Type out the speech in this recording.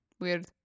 Weird